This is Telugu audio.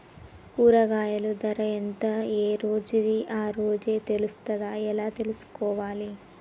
కూరగాయలు ధర ఎంత ఏ రోజుది ఆ రోజే తెలుస్తదా ఎలా తెలుసుకోవాలి?